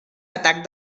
atac